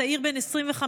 צעיר בן 25,